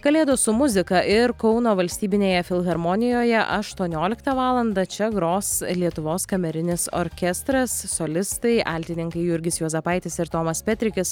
kalėdos su muzika ir kauno valstybinėje filharmonijoje aštuonioliktą valandą čia gros lietuvos kamerinis orkestras solistai altininkai jurgis juozapaitis ir tomas petrikis